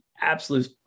absolute